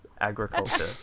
Agriculture